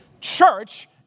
church